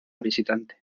visitante